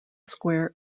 square